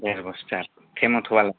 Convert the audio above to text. देर बस्था टेमेट'आलाय